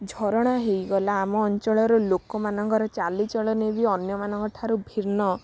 ଝରଣା ହେଇଗଲା ଆମ ଅଞ୍ଚଳର ଲୋକମାନଙ୍କର ଚାଲି ଚଳଣି ବି ଅନ୍ୟମାନଙ୍କ ଠାରୁ ଭିନ୍ନ